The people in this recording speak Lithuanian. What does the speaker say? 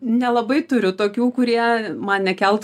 nelabai turiu tokių kurie man nekelt